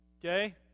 okay